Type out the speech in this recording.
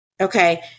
okay